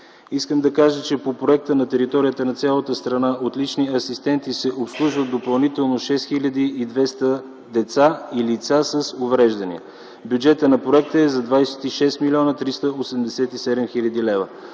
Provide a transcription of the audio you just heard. „Човешки ресурси”. По проекта на територията на цялата страна от лични асистенти се обслужват допълнително 6200 деца и лица с увреждания. Бюджетът на проекта е за 26 млн. 387 хил. лв.